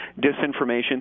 disinformation